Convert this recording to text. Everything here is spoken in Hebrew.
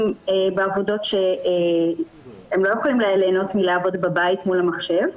בעבודות שהם לא יכולים לעבוד בבית מול המחשב,